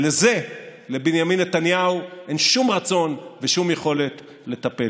ובזה לבנימין נתניהו אין שום רצון ושום יכולת לטפל.